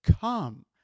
come